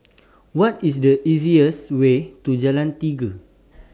What IS The easiest Way to Jalan Tiga